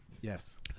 Yes